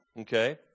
Okay